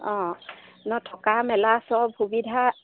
অঁ ন থকা মেলা চব সুবিধা